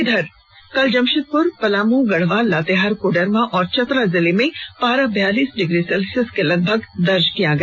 इधर कल जमशेदपुर पलामू गढ़वा लातेहार कोडरमा और चतरा जिले में पारा बयालीस डिग्री सेल्सियस के लगभग दर्ज किया गया